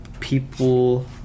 People